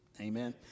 Amen